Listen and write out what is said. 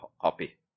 copy